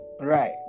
Right